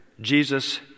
Jesus